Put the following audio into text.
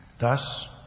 Thus